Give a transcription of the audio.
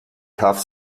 cuff